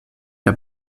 der